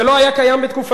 זה לא היה קיים בתקופתכם.